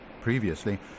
Previously